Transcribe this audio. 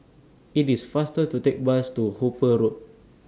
IT IS faster to Take Bus to Hooper Road